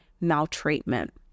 maltreatment